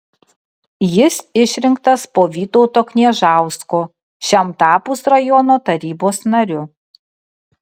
jis išrinktas po vytauto kniežausko šiam tapus rajono tarybos nariu